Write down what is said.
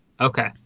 Okay